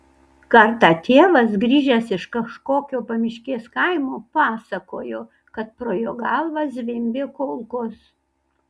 kartą tėvas grįžęs iš kažkokio pamiškės kaimo pasakojo kad pro jo galvą zvimbė kulkos